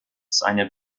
seine